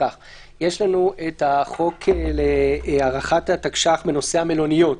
יש לנו החוק להארכת התקש"ח בנושא המלוניות,